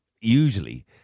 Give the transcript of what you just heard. usually